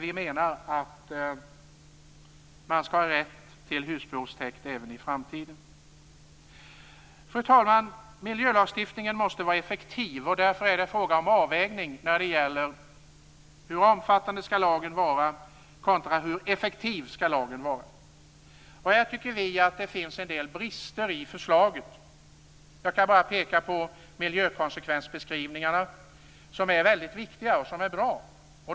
Vi anser att man skall ha rätt till husbehovstäkter även i framtiden. Fru talman! Miljölagstiftningen måste vara effektiv. Det är därför en fråga om avvägning när det gäller hur omfattande kontra hur effektiv lagen skall vara. Här tycker vi att det finns en del brister i förlaget. Jag kan bara peka på miljökonsekvensbeskrivningarna som är väldigt viktiga och bra.